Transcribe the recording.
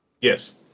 Yes